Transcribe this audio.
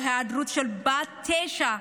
היעדרות של בת תשע,